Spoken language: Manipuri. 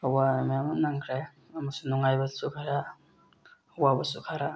ꯑꯋꯥ ꯑꯅꯥ ꯃꯌꯥꯝ ꯅꯪꯈ꯭ꯔꯦ ꯑꯃꯁꯨꯡ ꯅꯨꯡꯉꯥꯏꯕꯁꯨ ꯈꯔ ꯑꯋꯥꯕꯁꯨ ꯈꯔ